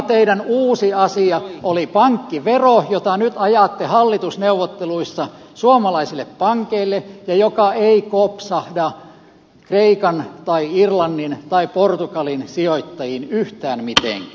teidän ainoa uusi asia oli pankkivero jota nyt ajatte hallitusneuvotteluissa suomalaisille pankeille ja joka ei kopsahda kreikan tai irlannin tai portugalin sijoittajiin yhtään mitenkään